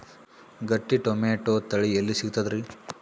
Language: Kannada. ಗಟ್ಟಿ ಟೊಮೇಟೊ ತಳಿ ಎಲ್ಲಿ ಸಿಗ್ತರಿ?